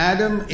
Adam